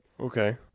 Okay